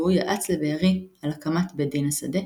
והוא ייעץ לבארי על הקמת בית דין השדה,